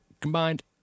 combined